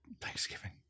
Thanksgiving